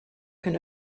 can